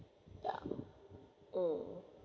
ya um